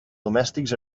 domèstics